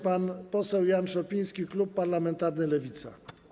Pan poseł Jan Szopiński, klub parlamentarny Lewica.